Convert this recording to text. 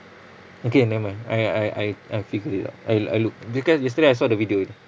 okay nevermind I I I I figure it out I'll I'll look because yesterday I saw the video already